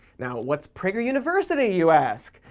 now, what's prager university, you ask?